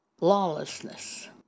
lawlessness